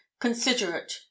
considerate